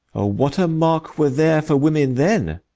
oh, what a mark were there for women then!